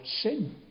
sin